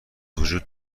وجود